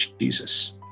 jesus